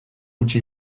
utzi